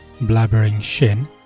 blabberingshin